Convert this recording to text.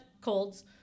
colds